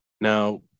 Now